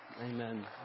Amen